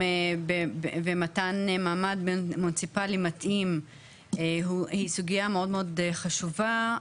ומתן מעמד מוניציפאלי מתאים היא סוגיה מאוד מאוד חשובה,